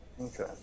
okay